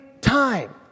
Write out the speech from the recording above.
time